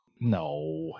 No